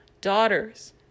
daughters